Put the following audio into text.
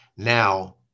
Now